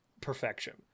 perfection